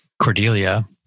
Cordelia